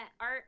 art